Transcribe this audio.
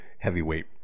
heavyweight